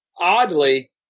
Oddly